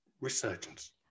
Resurgence